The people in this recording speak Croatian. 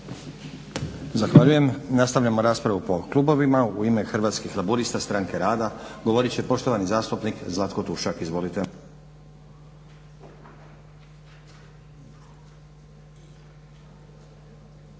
Zahvaljujem. Nastavljamo raspravu po klubovima. U ime Hrvatskih laburista – Stranke rada govorit će poštovani zastupnik Zlatko Tušak. Izvolite.